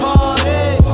Party